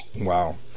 Wow